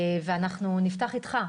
ואנחנו נפתח איתך,